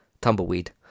tumbleweed